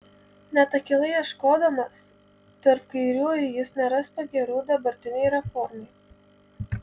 net akylai ieškodamas tarp kairiųjų jis neras pagyrų dabartinei reformai